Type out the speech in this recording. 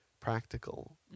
practical